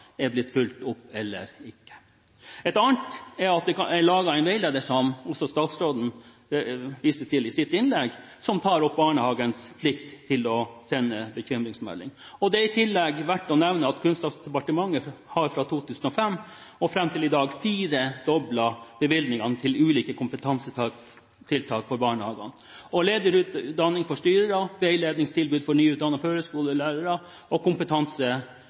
er blitt fulgt opp eller ikke. Et annet tiltak er at det er laget en veileder, som også statsråden viste til i sitt innlegg, som tar opp barnehagens plikt til å sende bekymringsmelding. Det er i tillegg verdt å nevne at Kunnskapsdepartementet fra 2005 og fram til i dag har firedoblet bevilgningene til ulike kompetansetiltak for ansatte i barnehagene – lederutdanning for styrere, veiledningstilbud for nyutdannede førskolelærere,